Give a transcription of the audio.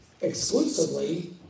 exclusively